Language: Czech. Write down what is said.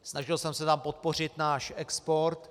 Snažil jsem se tam podpořit náš export.